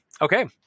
Okay